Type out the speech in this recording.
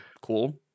cool